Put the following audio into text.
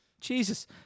Jesus